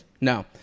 No